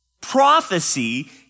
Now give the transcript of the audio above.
Prophecy